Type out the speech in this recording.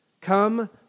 Come